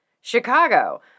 Chicago